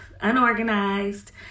unorganized